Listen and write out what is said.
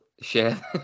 share